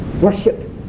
worship